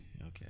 okay